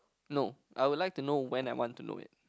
no I would like to know when I want to know it